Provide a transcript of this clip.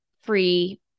free